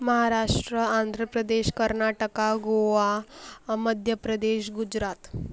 Maharashtra Andhra Pradesh Karnataka Goa Madhya Pradesh Gujarat